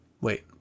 wait